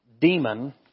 demon